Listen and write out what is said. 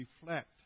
reflect